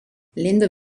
länder